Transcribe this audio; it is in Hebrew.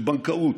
של בנקאות,